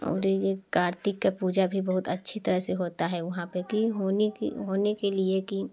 और कार्तिक का पूजा भी बहुत अच्छी तरह से होता है वहाँ पर कि होनी कि होने के लिए कि